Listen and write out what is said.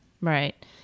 Right